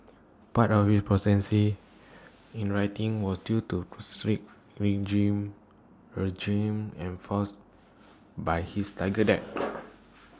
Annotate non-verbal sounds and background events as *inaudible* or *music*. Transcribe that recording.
part of his proficiency in writing was due to strict *unintelligible* regime enforced by his Tiger dad *noise*